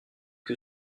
que